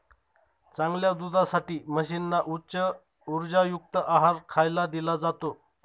चांगल्या दुधासाठी म्हशींना उच्च उर्जायुक्त आहार खायला दिला जातो